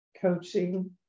coaching